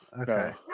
Okay